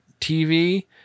tv